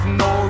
no